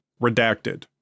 Redacted